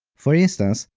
for instance,